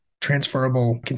transferable